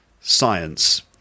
science